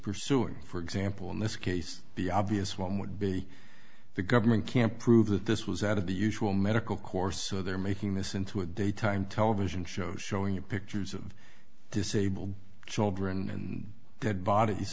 pursuing for example in this case the obvious one would be the government can't prove that this was out of the usual medical corps so they're making this into a daytime television show showing you pictures of disabled children and dead bodies